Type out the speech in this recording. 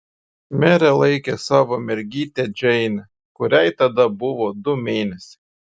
merė laikė savo mergytę džeinę kuriai tada buvo du mėnesiai